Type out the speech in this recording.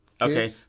Okay